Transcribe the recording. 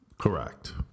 Correct